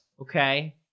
Okay